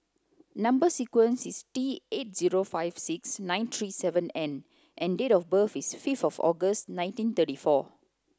number sequence is T eight zero five six nine three seven N and date of birth is fifth August nineteen thirty four